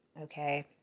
okay